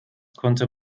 konnte